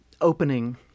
opening